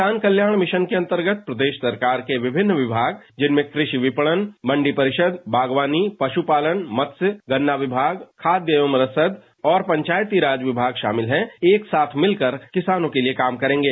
किसान कल्याण मिशन के अंतर्गत प्रदेश सरकार के विभिन्न विभाग जिनमें कृषि विपणन मंडी परिषद बागवानी पशुपालन मत्स्य गन्ना विभाग और खाद एवं रसद तथा पंचायती राज विभाग शामिल हैं एक साथ मिलकर किसानों के लिए काम करेंगे